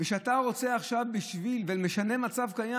כשאתה רוצה לשנות מצב קיים,